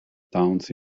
towns